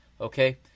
Okay